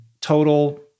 total